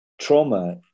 trauma